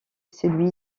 celui